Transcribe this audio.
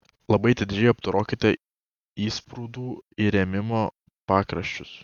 labai atidžiai apdorokite įsprūdų įrėminimo pakraščius